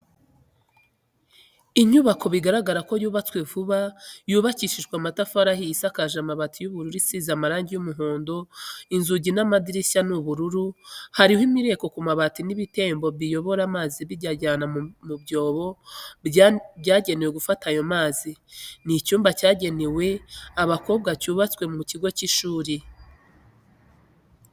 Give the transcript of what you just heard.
Inyubako bigaragara ko yubatswe vuba yubakishije amatafari ahiye isakaje amabati y'ubururu isize amarangi y'umuhondo inzugi n'amadirishya ni ubururu, hariho imireko ku mabati n'ibitembo biyobora amazi biyajyana mu byobo byagenewe gufata ayo mazi, ni icyumba cyagenewe abakobwa cyubatswe mu kigo cy'ishuri.